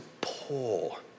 poor